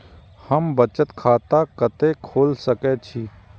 हम बचत खाता कते खोल सके छी?